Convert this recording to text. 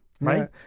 right